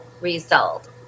result